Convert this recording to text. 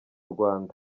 rwanda